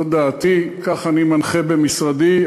זאת דעתי, כך אני מנחה במשרדי.